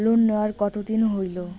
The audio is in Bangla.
লোন নেওয়ার কতদিন হইল?